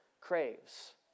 craves